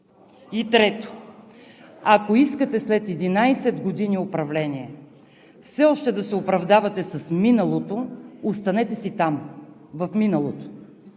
И трето, ако искате след 11 години управление все още да се оправдавате с миналото, останете си там, в миналото.